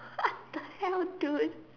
waht the hell dude